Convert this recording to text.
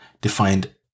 defined